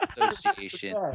association